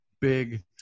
big